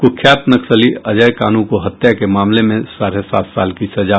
कुख्यात नक्सली अजय कानू को हत्या के मामले में साढ़े सात साल की सजा